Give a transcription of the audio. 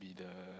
be the